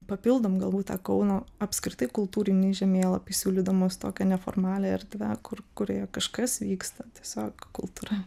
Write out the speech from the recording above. papildom galbūt tą kauno apskritai kultūrinį žemėlapį siūlydamos tokią neformalią erdvę kur kurioje kažkas vyksta tiesiog kultūra